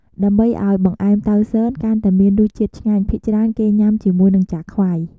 ដើម្បីឱ្យបង្អេម តៅស៊ន កាន់តែមានរសជាតិឆ្ងាញ់ ភាគច្រើនគេញុាំជាមួយនឹង ចាខ្វៃ។